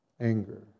Anger